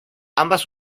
ambas